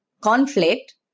conflict